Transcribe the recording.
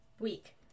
week